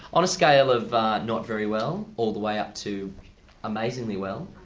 on a scale of not very well, all the way up to amazingly well,